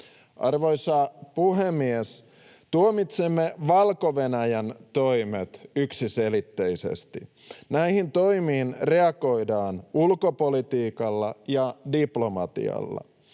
Arvoisa puhemies! Tuomitsemme Valko-Venäjän toimet yksiselitteisesti. Näihin toimiin reagoidaan ulkopolitiikalla ja diplomatialla